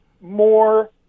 more